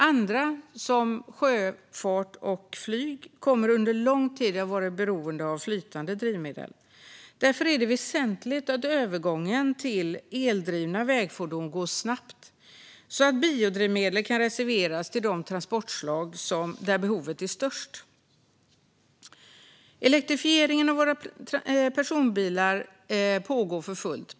Andra, som sjöfart och flyg, kommer under lång tid att vara beroende av flytande drivmedel. Därför är det väsentligt att övergången till eldrivna vägfordon går snabbt så att biodrivmedel kan reserveras till de transportslag där behovet är störst. Elektrifieringen av våra personbilar pågår för fullt.